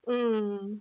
mm